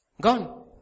Gone